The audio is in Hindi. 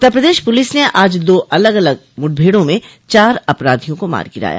उत्तर प्रदेश पुलिस ने आज दो अलग अलग मुठभेड़ों में चार अपराधियों को मार गिराया